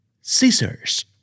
Scissors